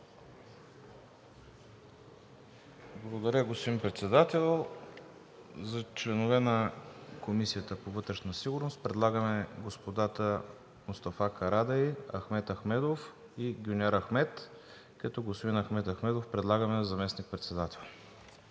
Благодаря, господин Председател. За членове на Комисията по вътрешна сигурност и обществен ред предлагаме господата: Мустафа Карадайъ, Ахмед Ахмедов и Гюнер Ахмед, като господин Ахмед Ахмедов предлагаме за заместник-председател.